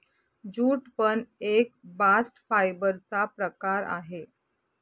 jute पण एक bast fibre चा प्रकार आहे